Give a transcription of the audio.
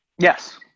Yes